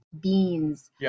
beans